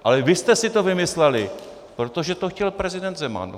Ale vy jste si to vymysleli, protože to chtěl prezident Zeman.